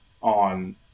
on